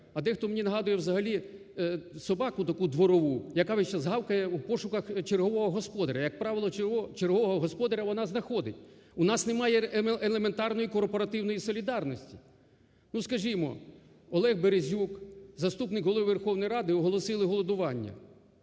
А дехто мені нагадує взагалі собаку таку дворову, яка весь час гавкає у пошуках чергового господаря, як правило, чергового господаря вона знаходить, у нас немає елементарної корпоративної солідарності. Скажімо, Олег Березюк, заступник Голови Верховної Ради оголосили голодування.